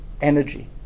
energy